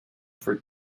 for